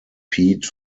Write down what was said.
pete